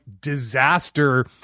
disaster